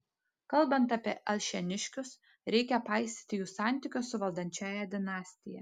kalbant apie alšėniškius reikia paisyti jų santykio su valdančiąja dinastija